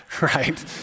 right